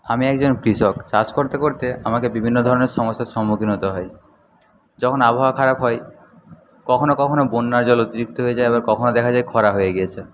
আমি একজন কৃষক চাষ করতে করতে আমাকে বিভিন্ন ধরনের সমস্যার সম্মুখীন হতে হয় যখন আবহাওয়া খারাপ হয় কখনও কখনও বন্যার জল অতিরিক্ত হয়ে যায় আবার কখনও দেখা যায় খরা হয়ে গিয়েছে